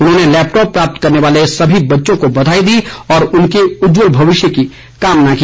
उन्होंने लैपटॉप प्राप्त करने वाले सभी बच्चों को बधाई दी और उनके उज्जवल भविष्य की कामना की